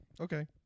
Okay